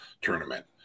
tournament